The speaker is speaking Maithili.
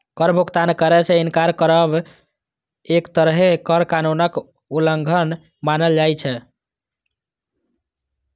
कर भुगतान करै सं इनकार करब एक तरहें कर कानूनक उल्लंघन मानल जाइ छै